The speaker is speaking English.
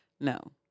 No